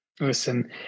listen